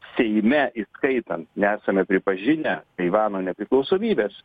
seime įskaitant nesame pripažinę taivano nepriklausomybės